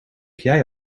jij